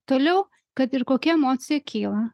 toliau kad ir kokia emocija kyla